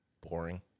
Boring